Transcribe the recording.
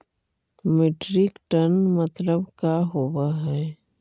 Metric tonne मतलब का होव हइ?